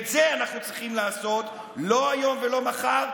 ואת זה אנחנו צריכים לעשות לא היום ולא מחר,